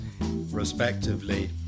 respectively